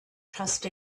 trust